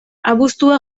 abuztua